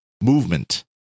movement